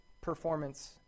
performance